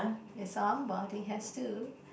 somebody has to